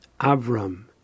Avram